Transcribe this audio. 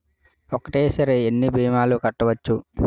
ఒక్కటేసరి ఎన్ని భీమాలు కట్టవచ్చు?